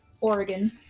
Oregon